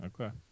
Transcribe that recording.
Okay